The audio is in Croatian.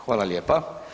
Hvala lijepa.